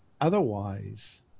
otherwise